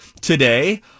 today